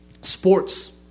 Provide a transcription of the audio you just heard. sports